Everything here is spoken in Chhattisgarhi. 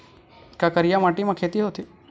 का करिया माटी म खेती होथे?